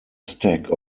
stack